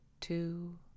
two